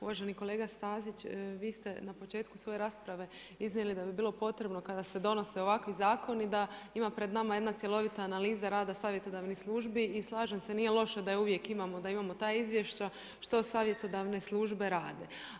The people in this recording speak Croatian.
Uvaženi kolega Stazić, vi ste na početku svoje rasprave iznijeli da bi bilo potrebno kada se donose ovakvi zakoni da ima pred nama jedna cjelovita analiza rada savjetodavnih službi i slažem se, nije loše da je uvijek imamo, da imamo ta izvješća što savjetodavne službe rade.